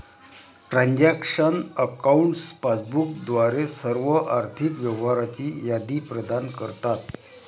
transaction accounts passbook द्वारे सर्व आर्थिक व्यवहारांची यादी प्रदान करतात